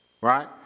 right